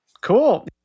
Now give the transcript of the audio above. cool